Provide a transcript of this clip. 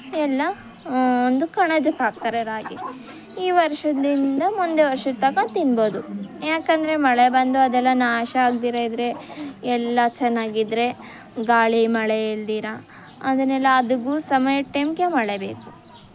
ಎಲ್ಲ ಒಂದು ಕಣಜಕ್ಕೆ ಹಾಕ್ತಾರೆ ರಾಗಿ ಈ ವರ್ಷದಿಂದ ಮುಂದೆ ವರ್ಷ ತನಕ ತಿನ್ಬೋದು ಏಕೆಂದ್ರೆ ಮಳೆ ಬಂದು ಅದೆಲ್ಲ ನಾಶ ಆಗದಿರ ಇದ್ದರೆ ಎಲ್ಲ ಚೆನ್ನಾಗಿದ್ದರೆ ಗಾಳಿ ಮಳೆ ಇಲ್ಲದಿರ ಅದನ್ನೆಲ್ಲ ಅದಕ್ಕೂ ಸಮಯ ಟೈಮ್ಗೆ ಮಳೆ ಬೇಕು